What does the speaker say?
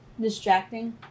distracting